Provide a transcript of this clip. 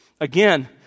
Again